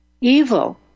evil